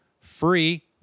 free